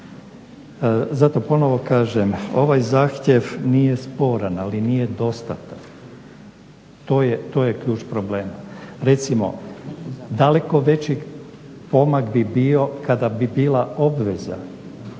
Zato ponovno kažem ovaj zahtjev nije sporan ali nije dostatan. To je ključ problema. Recimo daleko veći pomak bi bio kada bi bila obveza